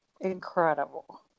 incredible